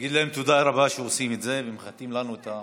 נגיד להם תודה רבה שהם עושים את זה ומחטאים לנו.